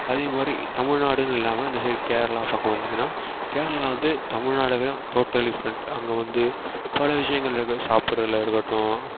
அதேமாதிரி தமிழ்நாடுன்னு இல்லாமல் இந்த சைடு கேரளா பக்கம் வந்திங்கன்னால் கேரளா வந்து தமிழ்நாடை விட டோட்டல் டிஃப்ரெண்ட் அங்கே வந்து பல விஷயங்கள் இருக்குது சாப்பிட்றதுல இருக்கட்டும்